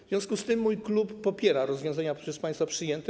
W związku z tym mój klub popiera rozwiązania przez państwa przyjęte.